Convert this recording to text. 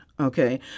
Okay